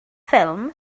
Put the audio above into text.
ffilm